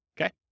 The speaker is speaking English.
okay